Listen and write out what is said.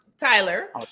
Tyler